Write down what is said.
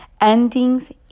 Endings